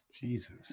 Jesus